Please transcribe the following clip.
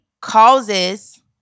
causes